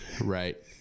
right